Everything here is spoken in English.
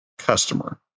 customer